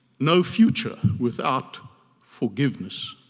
no future without forgiveness,